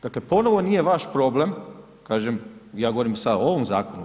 Dakle, ponovno nije vaš problem, kažem, ja govorim sada ovom zakonu.